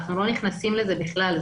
אנחנו לא נכנסים לזה בכלל,